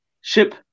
Ship